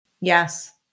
Yes